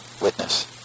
witness